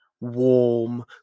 warm